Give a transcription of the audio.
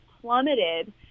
plummeted